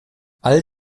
all